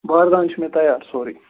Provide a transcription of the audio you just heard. باردان چھُ مےٚ تیار سورُے